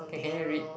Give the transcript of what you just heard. can can you read